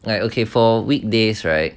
like okay for weekdays right